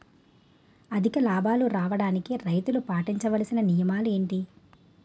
అధిక లాభాలు రావడానికి రైతులు పాటించవలిసిన నియమాలు ఏంటి